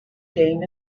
game